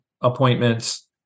appointments